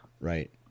Right